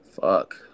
Fuck